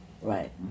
right